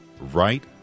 right